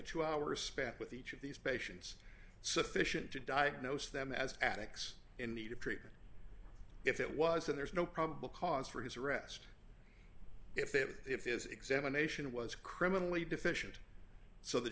two hours spent with each of these patients sufficient to diagnose them as addicks in need of treatment if it was then there is no probable cause for his arrest if it was if his examination was criminally deficient so that